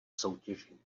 soutěži